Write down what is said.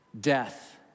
Death